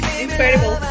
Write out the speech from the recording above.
incredible